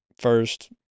first